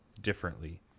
differently